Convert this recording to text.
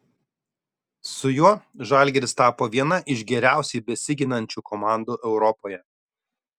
su juo žalgiris tapo viena iš geriausiai besiginančių komandų europoje